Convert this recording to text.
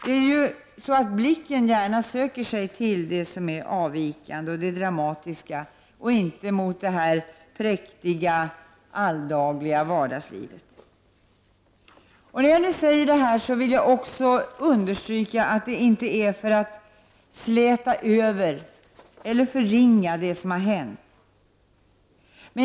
Det är ju så att blicken gärna söker sig till det avvikande, det dramatiska, och inte mot det präktiga alldagliga vardagslivet. Jag vill också understryka att jag inte säger detta för att släta över eller förringa det som har hänt.